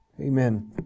Amen